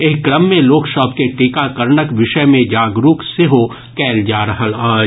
एहि क्रम मे लोक सभ के टीकाकरणक विषय मे जागरूक सेहो कयल जा रहल अछि